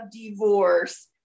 divorce